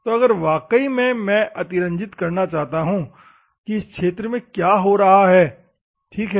तो अगर वाकई में अतिरंजित करना चाहता हूं कि इस क्षेत्र में यहां क्या हो रहा है ठीक है